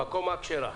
בקומה הכשרה.